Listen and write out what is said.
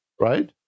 right